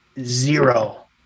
zero